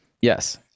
Yes